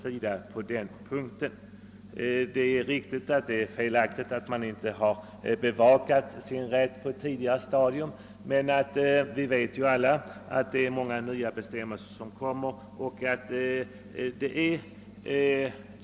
Fordonsägarna har naturligtvis begått ett fel då de inte bevakat sin rätt på ett tidigare stadium, men vi vet alla hur många nya bestämmelser som införs och hur lätt det då är att göra ett förbiseende.